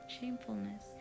shamefulness